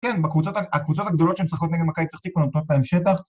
‫כן, הקבוצות הגדולות שהן משחקות נגד מכבי פתח-תקווה הן נותנות להן שטח